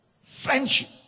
Friendship